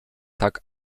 tak